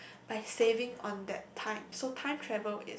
like saving on that time so time travel is